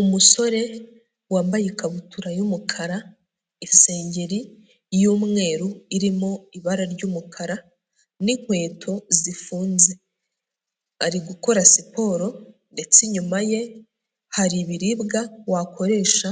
Umusore wambaye ikabutura y'umukara, isengeri y'umweru, irimo ibara ry'umukara n'inkweto zifunze, ari gukora siporo ndetse inyuma ye hari ibiribwa wakoresha